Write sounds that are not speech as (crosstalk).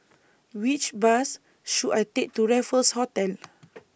Which Bus should I Take to Raffles Hotel (noise)